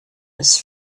his